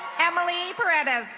emily perettiss.